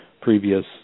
previous